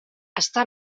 està